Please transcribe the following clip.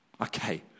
Okay